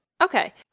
Okay